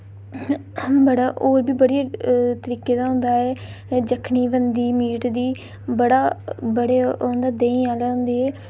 बड़ा और बी बड़ी तरीके दा होंदा एह् जखनी बनदी मीट दी बड़ा बड़े होंदे देहीं आह्ले होंदे